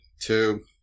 Two